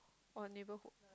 or neighborhood